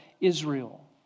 Israel